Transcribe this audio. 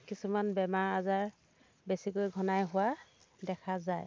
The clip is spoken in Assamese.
কিছুমান বেমাৰ আজাৰ বেছিকৈ ঘনাই হোৱা দেখা যায়